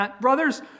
Brothers